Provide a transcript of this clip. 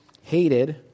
hated